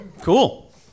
cool